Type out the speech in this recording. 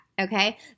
okay